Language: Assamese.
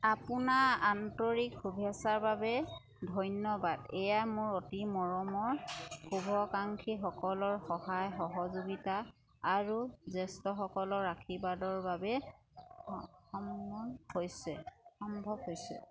আপোনাৰ আন্তৰিক শুভেচ্ছাৰ বাবে ধন্যবাদ এয়া মোৰ অতি মৰমৰ শুভাকাংক্ষীসকলৰ সহায় সহযোগিতা আৰু জ্যেষ্ঠসকলৰ আশীৰ্বাদৰ বাবেই সম্ভৱ হৈছে